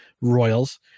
Royals